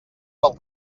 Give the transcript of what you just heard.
pel